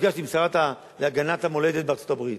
נפגשתי עם השרה להגנת המולדת בארצות-הברית.